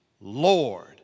Lord